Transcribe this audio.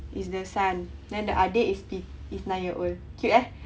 is the son then the adik is di is nine year old cute eh